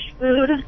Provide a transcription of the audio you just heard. food